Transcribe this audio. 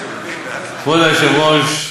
כבוד היושב-ראש,